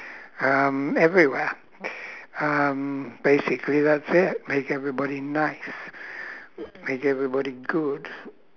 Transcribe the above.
um everywhere um basically that's it make everybody nice make everybody good